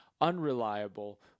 unreliable